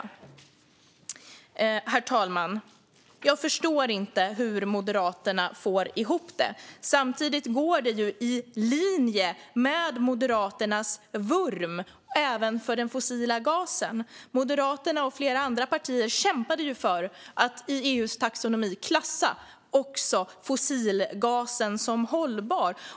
Herr talman! Jag förstår inte hur Moderaterna får ihop det. Samtidigt är detta i linje med Moderaternas vurm för den fossila gasen. Moderaterna och flera andra partier kämpade ju för att i EU:s taxonomi klassa även fossilgasen som hållbar.